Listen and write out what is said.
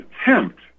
attempt